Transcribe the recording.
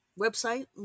website